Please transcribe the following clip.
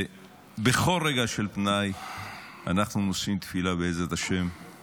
בכל רגע של פנאי אנחנו נושאים תפילה שאכן,